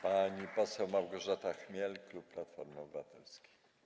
Pani poseł Małgorzata Chmiel, klub Platforma Obywatelska.